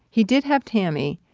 he did have tammy.